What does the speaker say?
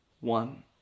one